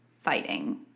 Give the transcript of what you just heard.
fighting